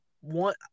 one